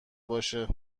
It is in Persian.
باشه